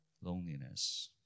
loneliness